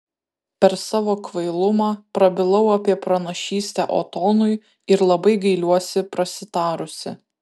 per savo kvailumą prabilau apie pranašystę otonui ir labai gailiuosi prasitarusi